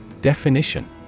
Definition